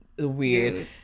weird